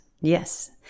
yes